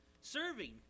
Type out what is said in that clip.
serving